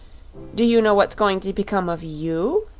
do you know what's going to become of you?